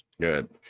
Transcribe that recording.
Good